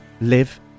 live